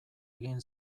egin